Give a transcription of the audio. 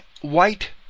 White